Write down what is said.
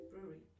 Brewery